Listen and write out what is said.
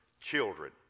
children